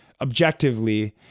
objectively